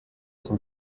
zum